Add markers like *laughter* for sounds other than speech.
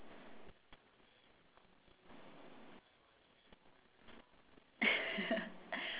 *laughs*